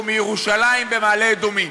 או מירושלים במעלה-אדומים?